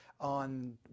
on